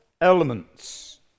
elements